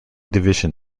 division